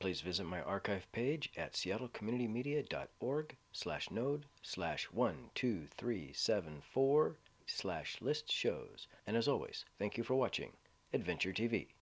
please visit my archive page at seattle community media dot org slash node slash one two three seven four slash list shows and as always thank you for watching adventure t